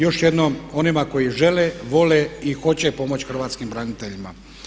Još jednom onima koji žele, vole i hoće pomoći hrvatskim braniteljima.